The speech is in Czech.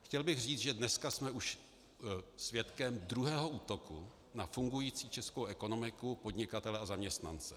Chtěl bych říct, že dneska jsme už svědkem druhého útoku na fungující českou ekonomiku, podnikatele a zaměstnance.